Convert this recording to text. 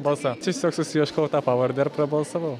balsą tiesiog susiieškojau tą pavardę ir prabalsavau